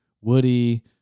Woody